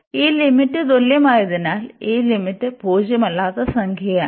അതിനാൽ ഈ ലിമിറ്റ് തുല്യമായതിനാൽ ഈ ലിമിറ്റ് പൂജ്യമല്ലാത്ത സംഖ്യയാണ്